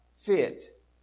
fit